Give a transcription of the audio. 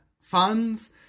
funds